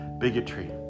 bigotry